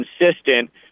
consistent